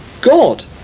God